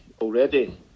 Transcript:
already